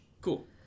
Cool